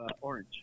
orange